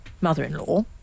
mother-in-law